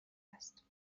است